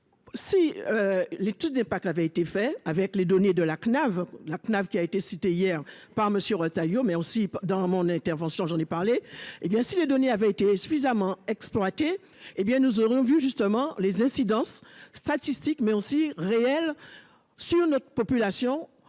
Si. L'étude n'est pas que l'avait été fait avec les données de la CNAV. La CNAV, qui a été cité hier par monsieur Retailleau mais aussi dans mon intervention j'en ai parlé, hé bien si les données avaient été suffisamment exploité. Eh bien nous aurons vu justement les incidences statistiques mais aussi réel. Sur notre population des le